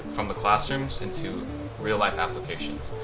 from the classrooms into real life applications.